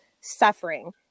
suffering